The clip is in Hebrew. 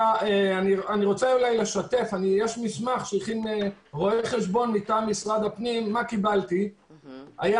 יש מסמך שהכין רואה חשבון מטעם משרד הפנים מה קיבלתי כשנכנסתי לתפקידי.